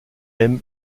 aime